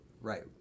Right